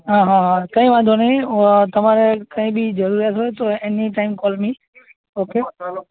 હા હા હા કંઈ વાંધો નહીં તમારે કંઈ બી જરૂરિયાત હોય તો any time call me okay